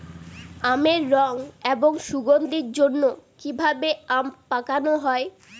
আমের রং এবং সুগন্ধির জন্য কি ভাবে আম পাকানো হয়?